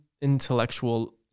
intellectual